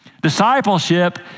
Discipleship